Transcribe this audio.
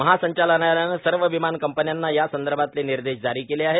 महासंचालनालयानं सर्व विमान कंपन्यांना या संदर्भातले निर्देश जारी केले आहेत